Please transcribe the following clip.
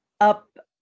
up